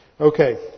Okay